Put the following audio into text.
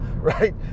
right